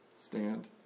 stand